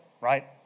right